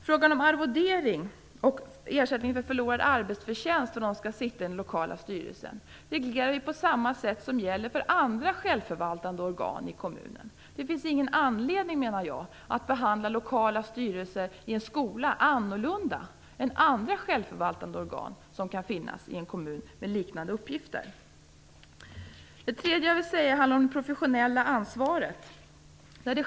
Frågan om arvodering och ersättning för förlorad arbetsförtjänst för dem som skall sitta med i den lokala styrelsen reglerar vi på samma sätt som gäller för andra självförvaltande organ i kommunen. Det finns ingen anledning, menar jag, att behandla lokala styrelser i en skola annorlunda jämfört med andra självförvaltande organ som kan finnas i en kommun och som har liknande uppgifter. Vidare handlar det om det professionella ansvaret.